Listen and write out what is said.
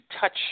touch